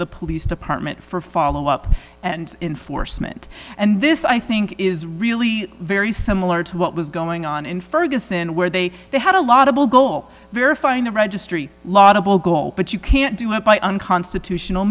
the police department for follow up and enforcement and this i think is really very similar to what was going on in ferguson where they they had a lot of will go up verifying the registry laudable goal but you can't do it by unconstitutional